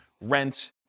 rent